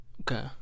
Okay